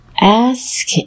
Ask